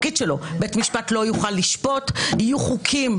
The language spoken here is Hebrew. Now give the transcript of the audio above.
נקודה נוספת -- משפט אחרון,